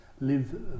live